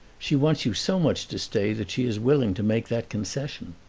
she wants you so much to stay that she is willing to make that concession.